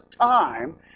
time